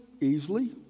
easily